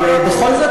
אבל בכל זאת,